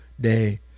day